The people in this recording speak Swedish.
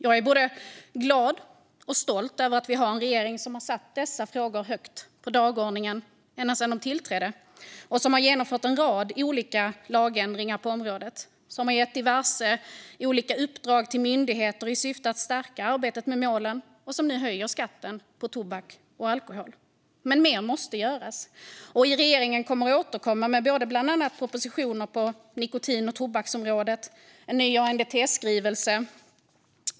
Jag är både glad och stolt över att vi har en regering som har satt dessa frågor högt på dagordningen ända sedan man tillträdde, som har genomfört en rad olika lagändringar på området, som har gett diverse uppdrag till myndigheter i syfte att stärka arbetet med målen och som nu höjer skatten på tobak och alkohol. Men mer måste göras, och regeringen kommer att återkomma med bland annat propositioner på nikotin och tobaksområdet och en ny ANDT-skrivelse.